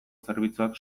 zerbitzuak